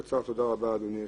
זו רמת הרצינות של דיון?